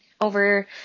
over